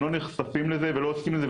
הם לא נחשפים לזה ולא עוסקים בזה,